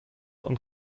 und